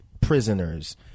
prisoners